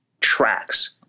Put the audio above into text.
tracks